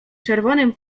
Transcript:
czerwonym